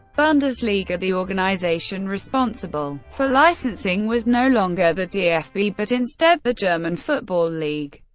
bundesliga, the organization responsible for licensing was no longer the dfb, but instead the german football league.